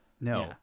No